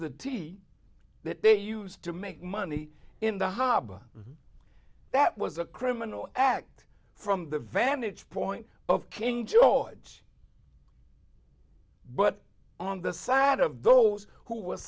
the tea that they used to make money in the harbor that was a criminal act from the vantage point of king george but on the side of those who w